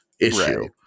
issue